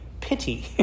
pity